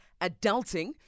Adulting